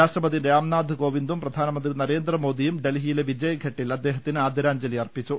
രാഷ്ട്ര പതി രാംനാഥ് കോവിന്ദും പ്രധാനമന്ത്രി നരേന്ദ്രമോദിയും ഡൽഹി യിലെ വിജയ്ഘട്ടിൽ അദ്ദേഹത്തിന് ആദരാഞ്ജലി അർപ്പിച്ചു